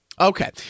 Okay